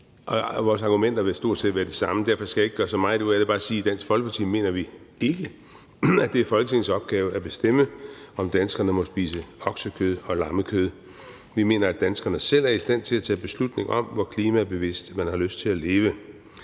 Vores argumenter vil stort set være de samme, og derfor skal jeg ikke gøre så meget ud af det, men jeg vil bare sige, at i Dansk Folkeparti mener vi ikke, at det er Folketingets opgave at bestemme, om danskerne må spise oksekød og lammekød. Vi mener, at danskerne selv er i stand til at tage beslutning om, hvor klimabevidst man har lyst til at leve.